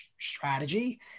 strategy